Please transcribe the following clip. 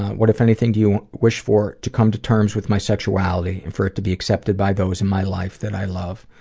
what, if anything, do you wish for? to come to terms with my sexuality and for it to be accepted by those in my life that i love.